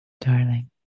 darling